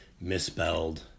misspelled